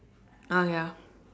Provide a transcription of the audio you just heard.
ah ya